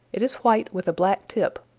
it is white with a black tip.